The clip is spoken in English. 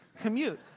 commute